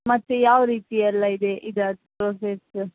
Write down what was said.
ಮತ್ತು ಯಾವ ರೀತಿ ಎಲ್ಲ ಇದೆ ಈಗ ಪ್ರೋಸೆಸ್ಸ